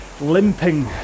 limping